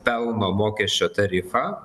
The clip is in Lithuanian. pelno mokesčio tarifą